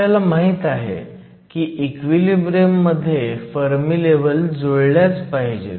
आपल्याला माहीत आहे की इक्विलिब्रियम मध्ये फर्मी लेव्हल जुळल्याच पाहिजेत